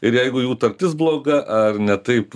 ir jeigu jų tartis bloga ar ne taip